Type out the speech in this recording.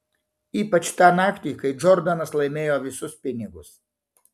ypač tą naktį kai džordanas laimėjo visus pinigus